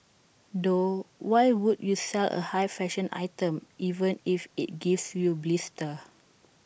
though why would you sell A high fashion item even if IT gives you blisters